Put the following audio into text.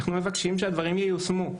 אנחנו מבקשים שהדברים ייושמו.